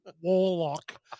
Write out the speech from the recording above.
warlock